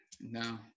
No